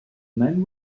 men